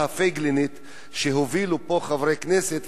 ה"פייגלינית" שהובילו פה חברי הכנסת.